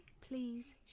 please